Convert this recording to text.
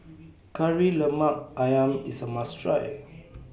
Kari Lemak Ayam IS A must Try